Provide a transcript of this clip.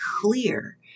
clear